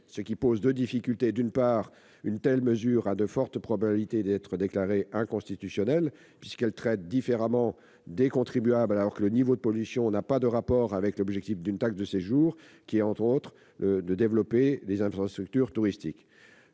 pose deux difficultés. D'une part, elle a de fortes probabilités d'être inconstitutionnelle, puisqu'elle traite différemment des contribuables, alors que le niveau de pollution n'a pas de rapport avec l'objectif d'une taxe de séjour, qui est notamment le développement des infrastructures touristiques.